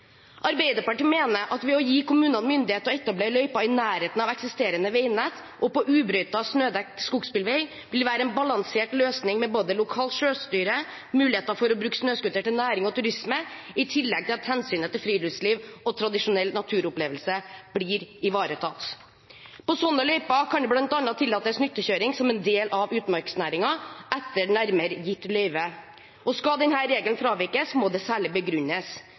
Arbeiderpartiet mener at å gi kommunene myndighet til å etablere løyper i nærheten av eksisterende veinett og på ubrøytet snødekt skogsbilvei vil være en balansert løsning med både lokalt selvstyre, muligheter for å bruke snøscooter til næring og turisme, i tillegg til at hensynet til friluftsliv og tradisjonell naturopplevelse blir ivaretatt. I sånne løyper kan det bl.a. tillates nyttekjøring som en del av utmarksnæringen etter nærmere gitt løyve. Skal denne regelen fravikes, må det særlig begrunnes.